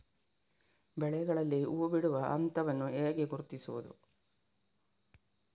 ಬೆಳೆಗಳಲ್ಲಿ ಹೂಬಿಡುವ ಹಂತವನ್ನು ಹೇಗೆ ಗುರುತಿಸುವುದು?